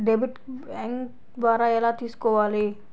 Debit bank ద్వారా ఎలా తీసుకోవాలి?